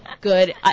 good